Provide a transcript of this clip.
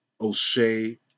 O'Shea